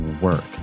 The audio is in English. work